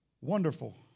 Wonderful